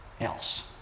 else